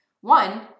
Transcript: One